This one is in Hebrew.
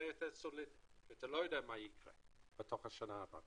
יותר סולידיים כי אתה לא יודע מה יקרה בשנה הבאה,